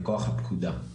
מכוח הפקודה.